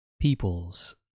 Peoples